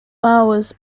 bowers